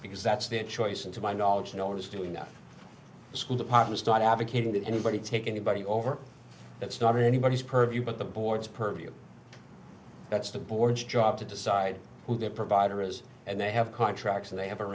because that's their choice and to my knowledge no one is doing that school department start advocating that anybody take anybody over that's not in anybody's purview but the board's purview that's the board's job to decide who their provider is and they have contracts and they have a